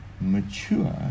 mature